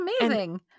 amazing